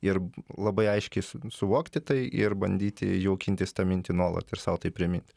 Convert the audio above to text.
ir labai aiškiai su suvokti tai ir bandyti jaukintis tą mintį nuolat ir sau tai priminti